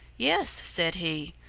yes, said he,